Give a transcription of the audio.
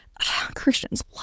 christians